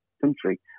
Country